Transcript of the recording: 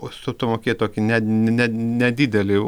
užstato mokėt tokį ne ne nedidelį